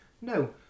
No